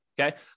Okay